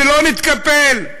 ולא נתקפל,